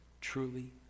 truly